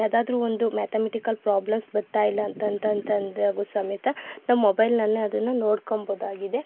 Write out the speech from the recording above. ಯಾವ್ದಾದ್ರು ಒಂದು mathematical problems ಬರ್ತಾಯಿಲ್ಲ ಅಂತ ಅಂತಂದ್ರೆ ಅದೂ ಸಮೇತ ನಮ್ಮ ಮೊಬೈಲ್ನಲ್ಲೆ ಅದನ್ನು ನೋಡ್ಕೋಬೋದಾಗಿದೆ